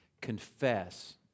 confess